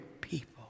people